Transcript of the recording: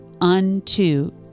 unto